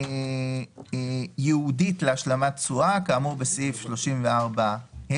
"קרן ייעודית להשלמת תשואה" כאמור בסעיף 34ה,